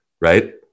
right